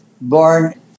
born